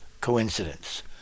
coincidence